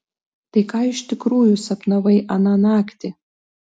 tai ką iš tikrųjų sapnavai aną naktį